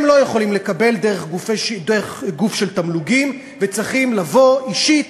הם לא יכולים לקבל דרך גוף של תמלוגים וצריכים לבוא אישית